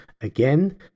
Again